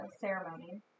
ceremony